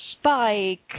Spike